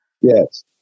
Yes